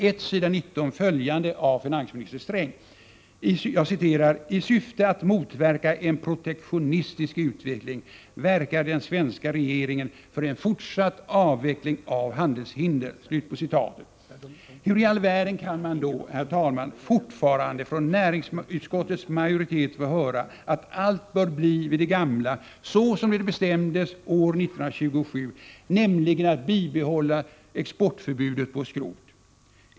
1, s. 19, följande av finansminister Feldt: ”I syfte att motverka en protektionistisk utveckling verkar den svenska regeringen för en fortsatt avveckling av handelshinder.” Hur i all världen kan man då, herr talman, fortfarande från näringsutskottets majoritet få höra att allt bör bli vid det gamla, så som det bestämdes år 1927, nämligen att vi bör bibehålla exportförbudet på skrot?